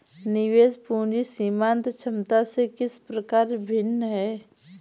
निवेश पूंजी सीमांत क्षमता से किस प्रकार भिन्न है?